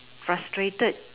frustrated